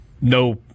no